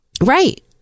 Right